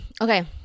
Okay